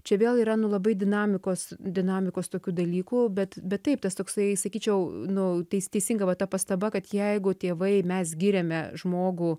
čia vėl yra nu labai dinamikos dinamikos tokių dalykų bet bet taip tas toksai sakyčiau nu teisinga va ta pastaba kad jeigu tėvai mes giriame žmogų